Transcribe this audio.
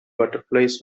butterflies